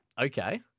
okay